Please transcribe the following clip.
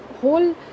whole